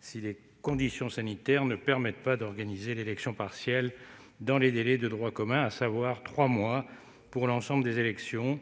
si les conditions sanitaires ne permettent pas d'organiser l'élection partielle dans les délais de droit commun, à savoir trois mois pour l'ensemble des élections,